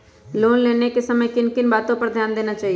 Loan लेने के समय किन किन वातो पर ध्यान देना चाहिए?